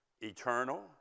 eternal